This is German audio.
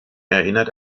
erinnert